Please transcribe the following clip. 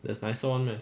there's nicer one meh